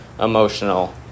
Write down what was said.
emotional